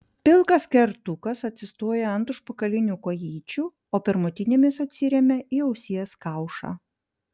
pilkas kertukas atsistoja ant užpakalinių kojyčių o pirmutinėmis atsiremia į ausies kaušą